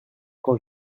quand